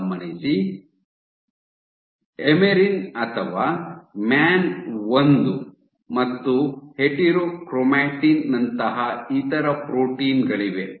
ಎಮೆರಿನ್ ಅಥವಾ ಮ್ಯಾನ್ ಒಂದು ಮತ್ತು ಹೆಟೆರೋಕ್ರೊಮಾಟಿನ್ ನಂತಹ ಇತರ ಪ್ರೋಟೀನ್ ಗಳಿವೆ